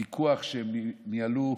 הוויכוח שניהלו,